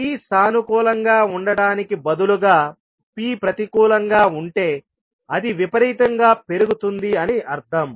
p సానుకూలంగా ఉండటానికి బదులుగా p ప్రతికూలంగా ఉంటే అది విపరీతంగా పెరుగుతుంది అని అర్థం